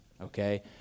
Okay